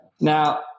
Now